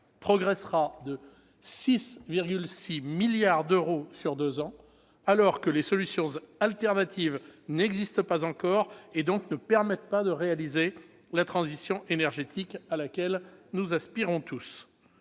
progressera de 6,6 milliards d'euros sur deux ans, alors que les solutions alternatives n'existent pas encore, et donc ne permettent pas de réaliser la transition énergétique à laquelle nous aspirons tous.